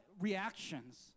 reactions